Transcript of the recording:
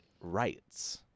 rights